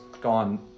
gone